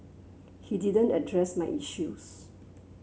he didn't address my issues